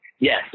Yes